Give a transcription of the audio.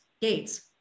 gates